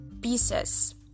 pieces